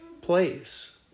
place